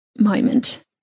moment